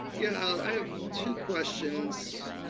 yeah, i have two questions,